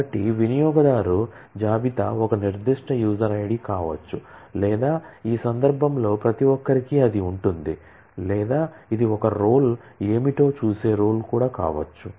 కాబట్టి వినియోగదారు జాబితా ఒక నిర్దిష్ట యూజర్ ఐడి కావచ్చు లేదా ఈ సందర్భంలో ప్రతిఒక్కరికీ అది ఉంటుంది లేదా ఇది ఒక రోల్ ఏమిటో చూసే రోల్ కావచ్చు